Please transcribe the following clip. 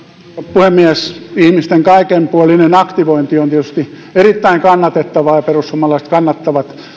puhemies ihmisten kaikenpuolinen aktivointi on tietysti erittäin kannatettavaa ja sitä perussuomalaiset kannattavat